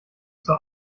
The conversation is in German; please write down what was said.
zur